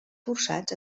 forçats